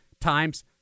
times